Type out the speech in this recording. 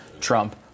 Trump